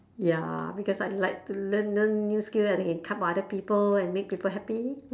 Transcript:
ya because I like to learn learn new skill and then can cut for other people and make people happy